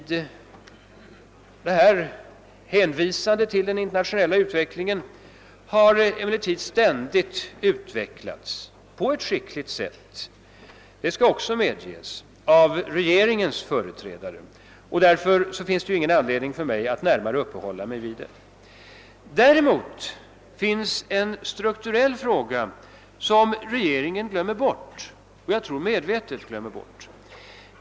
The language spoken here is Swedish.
Denna har emellertid ständigt utvecklats — på ett skickligt sätt, det skall också medges — av regeringens företrädare, varför det inte finns någon anledning för mig att närmare uppehålla mig vid den. Däremot finns det en strukturell fråga som regeringen glömmer bort — medvetet, tror jag.